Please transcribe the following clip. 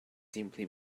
simply